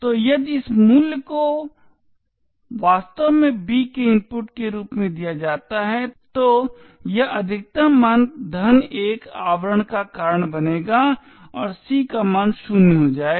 तो यदि इस मूल्य को वास्तव में b के इनपुट के रूप में दिया जाता है तो यह अधिकतम मान 1 आवरण का कारण बनेगा और c का मान 0 हो जाएगा